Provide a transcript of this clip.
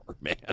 man